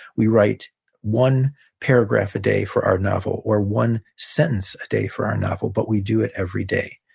we write one paragraph a day for our novel, or one sentence a day for our novel, but we do it every day.